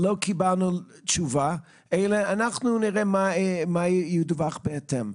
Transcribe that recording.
לא קיבלנו תשובה אלא שאנחנו נראה מה ידווח בהתאם.